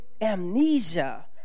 amnesia